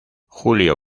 julio